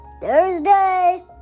Thursday